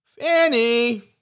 Fanny